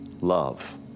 love